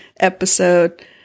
episode